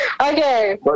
okay